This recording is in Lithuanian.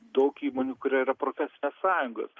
daug įmonių kurioj yra profesinės sąjungos